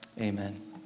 amen